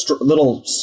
little